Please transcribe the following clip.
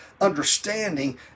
understanding